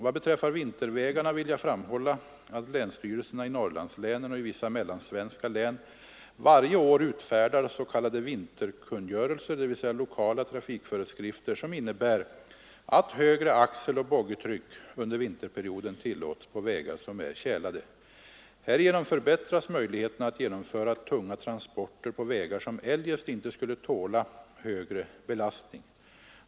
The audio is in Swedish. Vad beträffar vintervägarna vill jag framhålla att länsstyrelserna i Norrlandslänen och i vissa mellansvenska län varje år utfärdar s.k. vinterkungörelser, dvs. lokala trafikföreskrifter som innebär att högre axeloch boggitryck under vinterperioden tillåts på vägar som är tjälade. Härigenom förbättras möjligheterna att genomföra tunga transporter på vägar som eljest inte skulle tåla högre belastning.